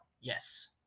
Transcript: yes